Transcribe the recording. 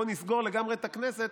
בואו נסגור לגמרי את הכנסת,